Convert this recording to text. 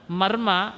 marma